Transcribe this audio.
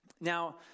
Now